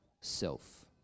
self